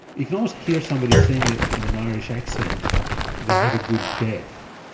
you can almost hear somebody saying it in an irish accent they had a good death.